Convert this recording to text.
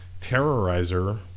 Terrorizer